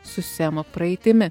su semo praeitimi